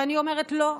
ואני אומרת: לא,